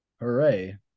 hooray